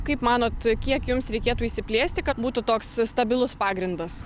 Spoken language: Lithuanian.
kaip manote kiek jums reikėtų išsiplėsti kad būtų toks stabilus pagrindas